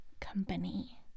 company